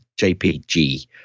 JPG